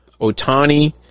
Otani